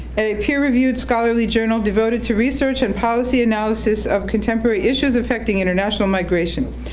a peer-reviewed scholarly journal devoted to research and policy analysis of contemporary issues affecting international migration.